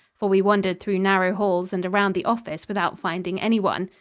for we wandered through narrow halls and around the office without finding anyone.